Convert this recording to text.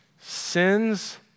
Sins